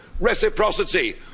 reciprocity